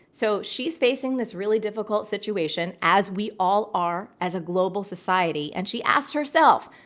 so she's facing this really difficult situation, as we all are as a global society. and she asks herself,